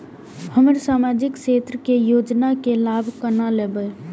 हम सामाजिक क्षेत्र के योजना के लाभ केना लेब?